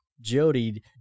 Jody